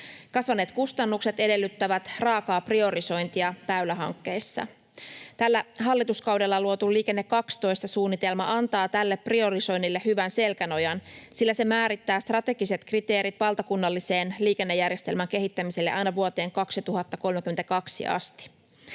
Kasvaneet kustannukset edellyttävät raakaa priorisointia väylähankkeissa. Tällä hallituskaudella luotu Liikenne 12 ‑suunnitelma antaa tälle priorisoinnille hyvän selkänojan, sillä se määrittää strategiset kriteerit valtakunnallisen liikennejärjestelmän kehittämiselle aina vuoteen 2032 asti.